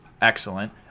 excellent